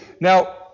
now